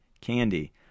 Candy